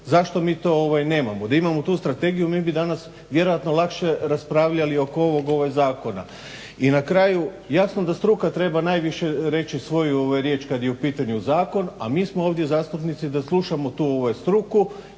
Zašto mi to nemamo? Da imamo tu strategiju, mi bi danas vjerojatno lakše raspravljali oko ovog zakona i na kraju jasno da struka treba najviše reći svoju riječ kad je u pitanju zakon a mi smo ovdje zastupnici da slušamo tu struku